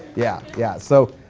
yeah, yeah, so